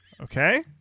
Okay